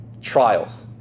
Trials